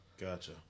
Gotcha